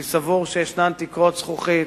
אני סבור שיש תקרות זכוכית